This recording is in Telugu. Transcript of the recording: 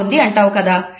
బాగుంది అంటావు కదా